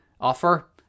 Offer